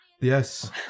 Yes